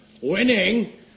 Winning